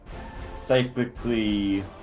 cyclically